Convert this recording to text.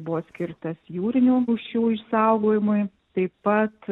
buvo skirtas jūrinių rūšių išsaugojimui taip pat